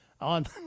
on